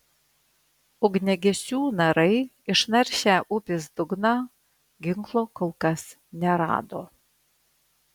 ugniagesių narai išnaršę upės dugną ginklo kol kas nerado